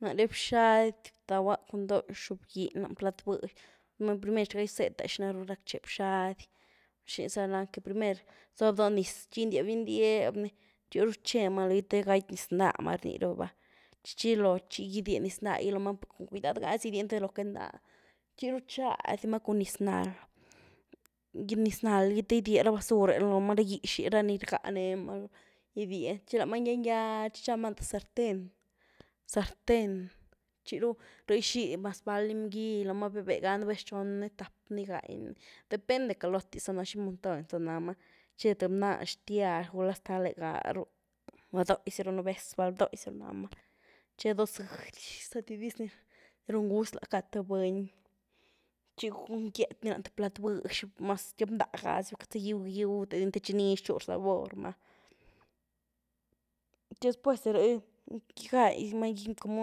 Naré bxady bdauá cun dó xiobginy lanyí plat' bëzh, uma primer xa izetá xina rac'che bxady, xinizalan que primer zoób dó nyis, indieby indieby ni chiru chemaa logí té chi gaty nyis ndámaa riéniruba, chi chilo chi idyieni nyis ndá gí lomaa, ziega con cuidad'gazi idyien te loque ndán, chiru chiadymaa cun nyis naáld, cun nyis naáld gí ghídyié ra basure lomaa, ra gyízhi ni rgánemaa idyien, chi lamaa ngyía ngyía chi chamaa lanyí tïé sartén-sartén, chiru rïé izhí maz bal limgí lomaa, bebega nubéz chon ni, tap' ni, gái ni, depende calotíza xi manytony za namaa, che tïé mná xtyiazh, gula ztalegarun gula doóízini nubéz bal doóízi namaa, che dó ziëdy zïéti diz ni run guzt' la cad tïé buny chi cun gyíét ni lanyí tïé plat' bëzh maz tyop ndá ga zi queity pa' gyiu gyiu ni techi nizh yu rzabormaa. Chi después de ríé gaimaa como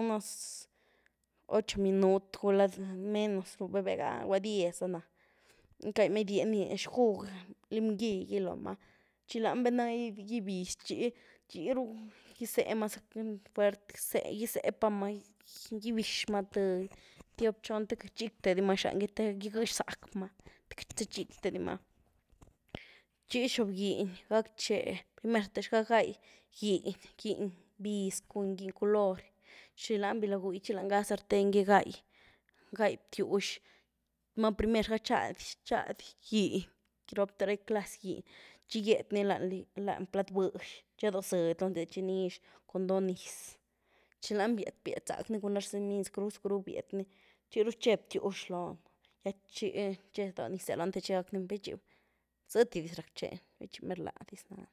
unos ocho minutos gula menos ru, bebega, gula diez zana, gaimaa idié xgug limgí gí lomaa chi lan bana ibiz chi-chiru gizemaa fuert' gizepamaa, gíbizhmaa tïé, tyop, chon, té queity chic'dimaa xangí, té igyezh zac'maa, té queity za chic'dimaa. Chi xiobginy gac'che primer'te xgaa gai gihín-gihín biz cun gihín culory, xi lan bilo gúi xi lan ga sartén gí gai-gai btíozh, uma primer'xa gai xi chady gihín, rop'te ra clasy gihín chi gyíét ni lanyí plat' bëzh chi che dó ziëdy loóhn té chi nizh cun dó nyis chi lan biet' biet' zac' cun ra semigyi zecru zecru gyíét ni chiru che btíozh loóhn té chi che dó nyis'e loóhn baichi zíetí diz rac' chen, baichi mer ladiz nan.